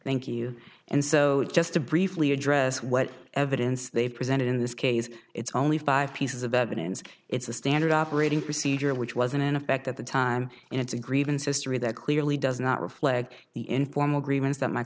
thank you and so just to briefly address what evidence they've presented in this case it's only five pieces of evidence it's a standard operating procedure which wasn't in effect at the time and it's a grievance history that clearly does not reflect the in form agreements that my